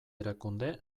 erakunde